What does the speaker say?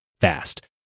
fast